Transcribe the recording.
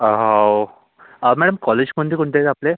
हाव madam college कोणते कोणते आहेत आपले